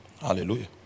Hallelujah